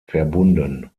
verbunden